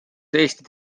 eestit